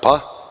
Pa?